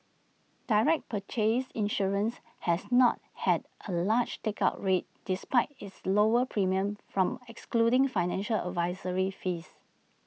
direct purchase insurance has not had A large take up rate despite its lower premiums from excluding financial advisory fees